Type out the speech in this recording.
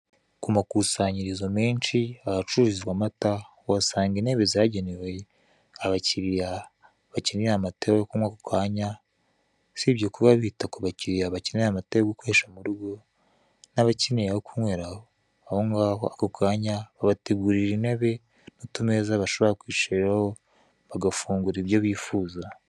Ku makusanyirizo menshi, ahacururizwa amata, uhasanga intebe zagenewe abakiriya bakenera amata yo kunywa ako kanya, usibye kuba bita kubakiriya bakeneye amata yo gukoresha murugo, n'abakeneye ayo kunywera aho ngaho ako kanya, babategurira intebe n'utumeza bashobira kwicaraho bagafungura ibyo bifuza.